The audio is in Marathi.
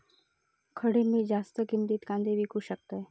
खडे मी जास्त किमतीत कांदे विकू शकतय?